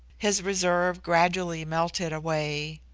his reserve gradually melted away.